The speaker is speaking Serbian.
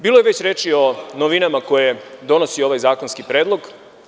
Bilo je već reči o novinama koje donosi ovaj zakonski predlog.